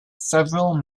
several